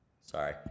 sorry